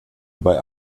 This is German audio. bei